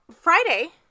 Friday